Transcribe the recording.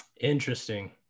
Interesting